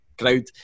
crowd